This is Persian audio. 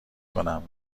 کنم